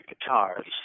guitars